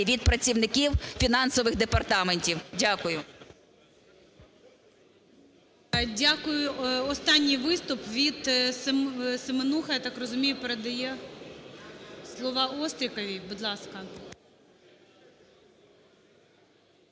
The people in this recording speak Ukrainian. від працівників фінансових департаментів. Дякую. ГОЛОВУЮЧИЙ. Дякую. Останній виступ від, Семенуха, я так розумію, передає слово Остріковій? Будь ласка.